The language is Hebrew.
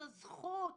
זה זכות,